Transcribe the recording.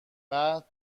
بعد